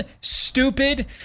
stupid